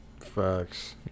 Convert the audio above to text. Facts